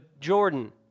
Jordan